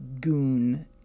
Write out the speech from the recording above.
goon